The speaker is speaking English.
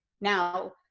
Now